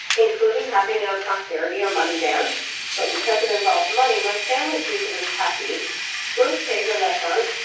including having a prosperity, or money, dance but because it involves money, my family sees it as tacky roast pig or lechon,